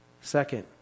second